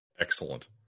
Excellent